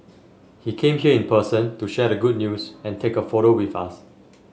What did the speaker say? he came here in person to share the good news and take a photo with us